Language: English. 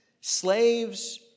slaves